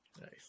Nice